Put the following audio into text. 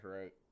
right